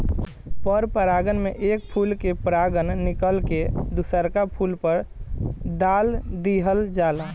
पर परागण में एक फूल के परागण निकल के दुसरका फूल पर दाल दीहल जाला